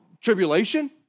tribulation